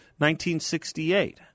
1968